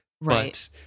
right